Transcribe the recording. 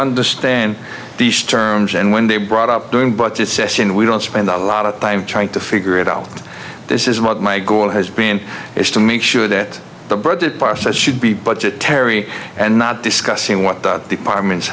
understand these terms and when they brought up doing but this session we don't spend a lot of time trying to figure it out this is what my goal has been is to make sure that the budget process should be budgetary and not discussing what the departments